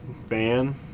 fan